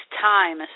time